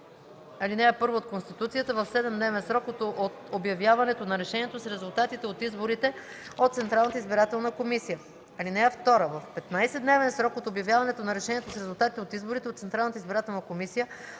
ал. 1 от Конституцията в 7-дневен срок от обявяването на решението с резултатите от изборите от Централната избирателна комисия. (2) В 15-дневен срок от обявяването на решението с резултатите от изборите от Централната избирателна комисия